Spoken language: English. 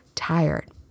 tired